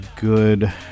good